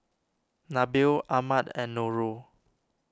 Nabil Ahmad and Nurul